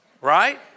right